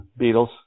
Beatles